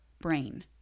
brain